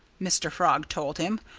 mr. frog told him.